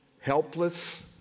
helpless